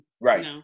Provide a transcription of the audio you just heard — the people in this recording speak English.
Right